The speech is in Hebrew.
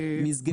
המסגרת.